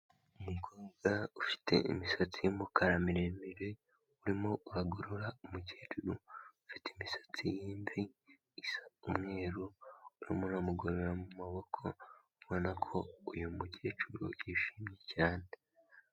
Umukobwa ufite imisatsi y'umukara miremire, urimo uragorora umukecuru ufite imisatsi y'imvi isa umweru, urimo uramugorora mu maboko ubona ko uyu mukecuru yishimye cyane.